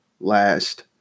last